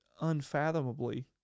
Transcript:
unfathomably